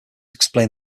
explain